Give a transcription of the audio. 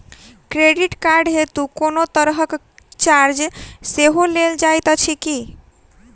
Credit card हेतु कोनो तरहक चार्ज सेहो लेल जाइत अछि की?